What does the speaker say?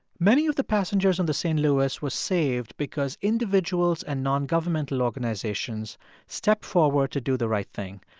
many of the passengers on the st. louis were saved because individuals and non-governmental organizations stepped forward to do the right thing.